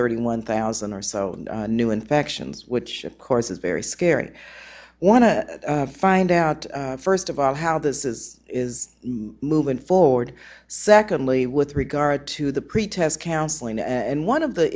thirty one thousand or so new infections which of course is very scary i want to find out first of all how this is is moving forward secondly with regard to the pretest counseling and one of the